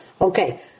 Okay